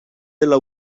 dela